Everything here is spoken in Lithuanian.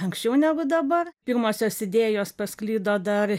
anksčiau negu dabar pirmosios idėjos pasklido dar